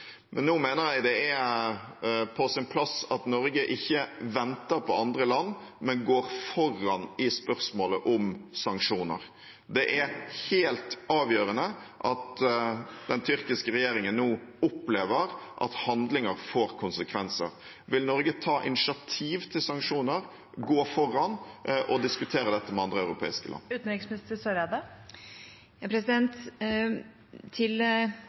Nå mener jeg det er på sin plass at Norge ikke venter på andre land, men går foran i spørsmålet om sanksjoner. Det er helt avgjørende at den tyrkiske regjeringen nå opplever at handlinger får konsekvenser. Vil Norge ta initiativ til sanksjoner, gå foran og diskutere dette med andre europeiske land?